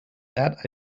that